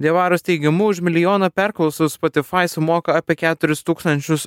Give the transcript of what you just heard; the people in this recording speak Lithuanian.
diavaros teigimu už milijoną perklausų spotifai sumoka apie keturis tūkstančius